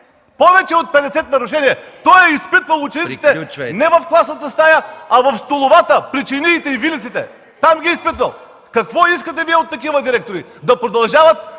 АХМЕД БАШЕВ: Той е изпитвал учениците не в класните стаи, а в столовата – при чиниите и вилиците, там ги е изпитвал! Какво искате Вие от такива директори?! Да продължават